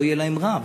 שלא יהיה להם רע,